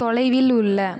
தொலைவில் உள்ள